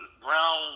brown